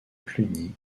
cluny